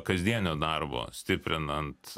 kasdienio darbo stiprinant